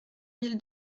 mille